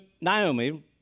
Naomi